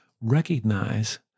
recognize